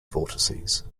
vortices